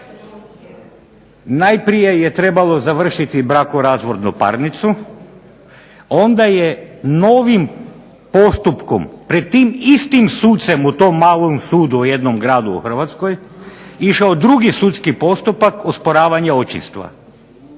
Najprije je trebalo završiti brakorazvodnu parnicu, onda je novim postupkom pred tim istim sucem u tom malom sudu u jednom gradu u Hrvatskoj išao drugi sudski postupak osporavanje očinstva.